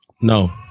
No